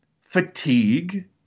fatigue